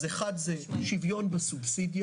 אז אחת זה שוויון בסובסידיה,